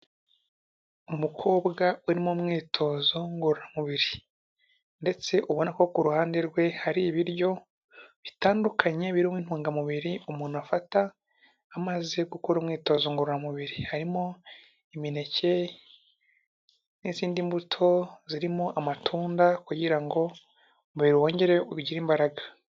Umukobwa uri mu mwitozo ngororamubiri. Ndetse ubona ko ku ruhande rwe hari ibiryo bitandukanye birimo intungamubiri umuntu afata, amaze gukora umwitozo ngororamubiri. Harimo imineke n'izindi mbuto zirimo amatunda, kugira ngo umubiri wongere ugire imbaraga.